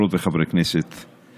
חברות וחברי הכנסת,